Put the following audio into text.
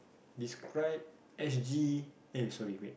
describe s_g eh sorry wait